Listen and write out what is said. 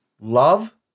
love